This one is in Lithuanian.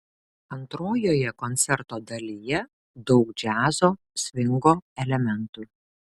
antrojoje koncerto dalyje daug džiazo svingo elementų